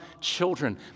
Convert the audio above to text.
children